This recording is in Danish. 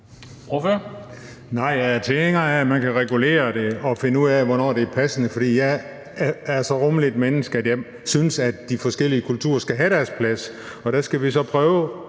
er tilhænger af, at man kan regulere det og finde ud af, hvornår det er passende. For jeg er så rummeligt et menneske, at jeg synes, at de forskellige kulturer skal have deres plads.